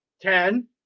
ten